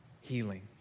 healing